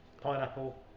pineapple